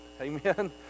Amen